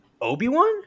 Obi-Wan